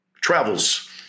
travels